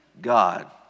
God